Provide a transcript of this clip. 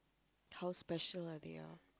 how special are they are